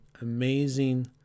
amazing